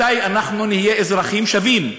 מתי אנחנו נהיה אזרחים שווים?